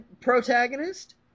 protagonist